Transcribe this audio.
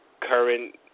current